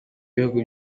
ibihugu